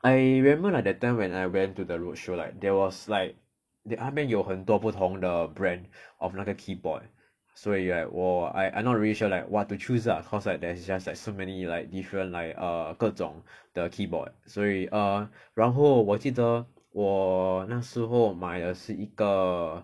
I remember like that time when I went to the roadshow like there was like they 他们有很多不同的 brand of 那个 keyboard 所以 like 我 I I not really sure like what to choose lah cause like there's just so many like different like err 各种的 keyboard 所以 err 然后我记得我那时候买的是一个